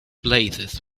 places